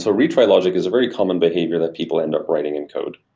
so retry logic is a very common behavior that people end up writing in code.